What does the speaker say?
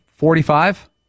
Forty-five